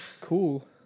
cool